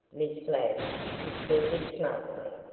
miss ladd concluded smartly.